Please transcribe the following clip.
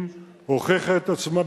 תקנים חדשים,